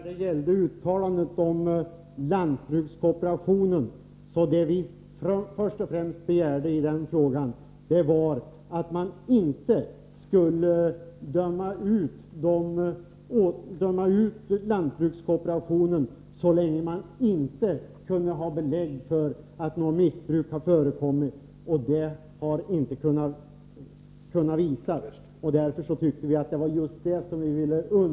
Herr talman! Vad vi först och främst begärde när det gällde uttalandet om lantbrukskooperationen var att man inte skulle döma ut lantbrukskooperationen så länge man inte hade belägg för att missbruk förekommit. Något sådant har inte kunnat påvisas. Därför ville vi understryka just det.